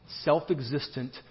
self-existent